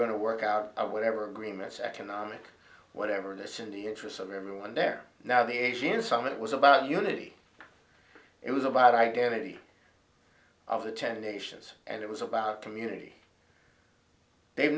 going to work out whatever agreements economic whatever of this in the interests of everyone there now the asian summit was about unity it was about i guarantee of the ten nations and it was about community they've